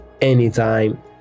anytime